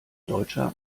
deutscher